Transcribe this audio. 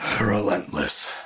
Relentless